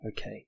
okay